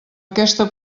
aquesta